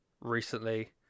recently